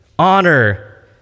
honor